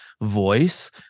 voice